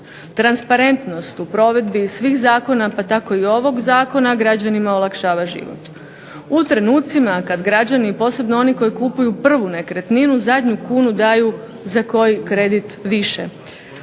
Transparentnost u provedbi svih zakona, pa tako i ovog zakona građanima olakšava život. U trenutcima kad građani, posebno oni koji kupuju prvu nekretninu, zadnju kunu daju za koji kredit više,